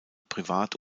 privat